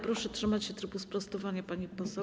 Proszę trzymać się trybu sprostowania, pani poseł.